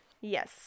Yes